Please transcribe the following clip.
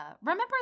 remember